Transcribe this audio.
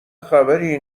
خبری